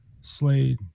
slade